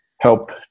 help